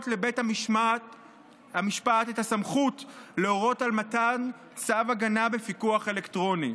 לבית המשפט את הסמכות להורות על מתן צו הגנה בפיקוח אלקטרוני.